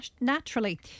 naturally